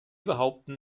behaupten